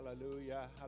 hallelujah